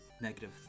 negative